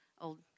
old